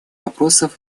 вопросов